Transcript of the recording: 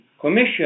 Commission